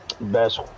Best